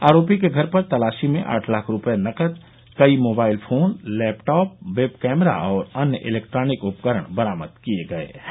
आरोपी के घर पर तलाशी में आठ लाख रुपये नकद कई mobile phone laptop web camera तथा अन्य इलेक्ट्रोनिक उपकरण बरामद किये गए हैं